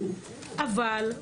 אבל ,